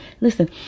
listen